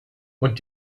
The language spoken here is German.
und